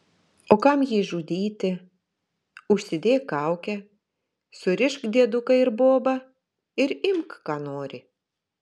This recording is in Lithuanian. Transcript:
o kam jį žudyti užsidėk kaukę surišk dieduką ir bobą ir imk ką nori